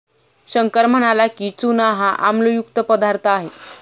शंकर म्हणाला की, चूना हा आम्लयुक्त पदार्थ आहे